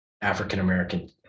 African-American